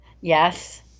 Yes